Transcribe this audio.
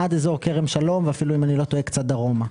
כרם שלום ואפילו קצת דרומה.